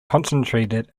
concentrated